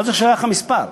מה זה שייך המספר?